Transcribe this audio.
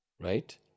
Right